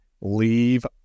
Leave